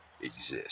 exist